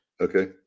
Okay